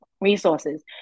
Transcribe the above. resources